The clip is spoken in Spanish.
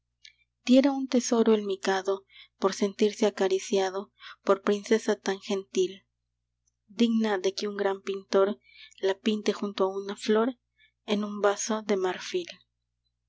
diera un tesoro el mikado por sentirse acariciado por princesa tan gentil digna de que un gran pintor la pinte junto a una flor en un vaso de marfil